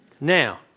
Now